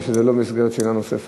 מפני שזה לא במסגרת שאלה נוספת.